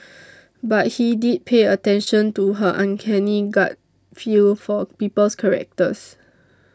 but he did pay attention to her uncanny gut feel for people's characters